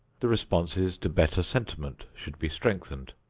the responses to better sentiment should be strengthened.